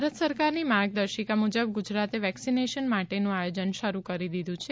ભારત સરકારની માર્ગદર્શિકા મુજબ ગુજરાતે વેક્સિનેશન માટેનું આયોજન શરૂ કરી દીધુ છે